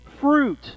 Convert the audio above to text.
fruit